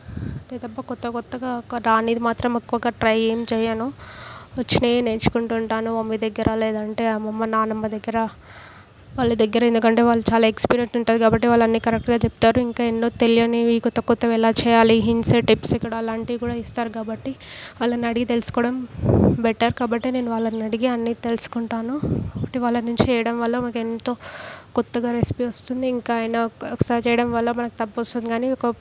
అంతే తప్ప క్రొత్త క్రొత్తగా రానిది మాత్రం ఎక్కువగా ట్రై ఏం చేయను వచ్చినవే నేర్చుకుంటూ ఉంటాను మమ్మీ దగ్గర లేదు అంటే అమ్మమ్మ నాన్నమ్మ దగ్గర వాళ్ళ దగ్గర ఎందుకంటే వాళ్ళు చాలా ఎక్స్పీరియన్స్ ఉంటుంది కాబట్టి వాళ్ళు అన్నీ కరెక్ట్గా చెప్తారు ఇంకా ఎన్నో తెలియనివి క్రొత్త క్రొత్తవి ఎలా చేయాలి హింట్స్ టిప్స్ ఇక్కడ అలాంటివి కూడా ఇస్తారు కాబట్టి వాళ్ళని అడిగి తెలుసుకోవడం బెటర్ కాబట్టే నేను వాళ్ళని అడిగే అన్ని తెలుసుకుంటాను చేయడం వల్ల నాకు ఎంతో కొత్తగా రెసిపీ వస్తుంది ఇంకా ఎన్నో ఒకసారి చేయడం వల్ల మనకు తప్పు వస్తుంది కానీ ఒక